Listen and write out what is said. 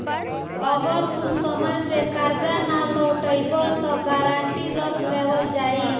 अगर तू समय से कर्जा ना लौटइबऽ त गारंटी रख लेवल जाई